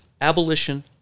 abolition